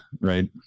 right